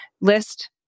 list